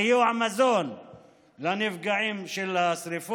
סיוע של מזון לנפגעי השרפות.